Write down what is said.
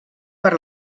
per